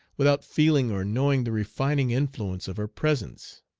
without feeling or knowing the refining influence of her presence!